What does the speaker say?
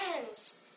friends